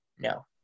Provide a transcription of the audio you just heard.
No